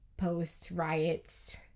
post-riots